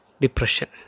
depression